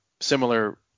similar